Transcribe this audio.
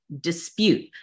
dispute